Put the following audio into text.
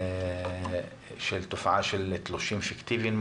של תלושים פיקטיביים.